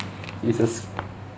it's a s~